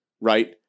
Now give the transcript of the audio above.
right